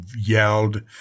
yelled